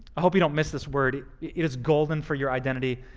i hope you don't miss this word it is golden for your identity.